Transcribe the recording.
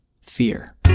fear